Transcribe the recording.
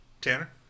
Tanner